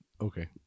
Okay